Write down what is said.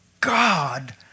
God